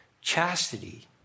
chastity